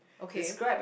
okay